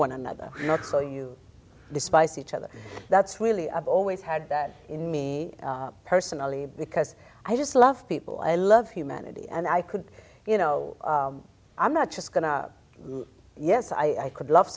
one another not so you despise each other that's really i've always had that in me personally because i just love people i love humanity and i could you know i'm not just going to yes i could love